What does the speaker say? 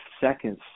seconds